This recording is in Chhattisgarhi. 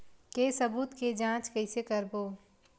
के सबूत के जांच कइसे करबो?